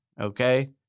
okay